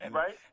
right